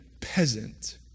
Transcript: peasant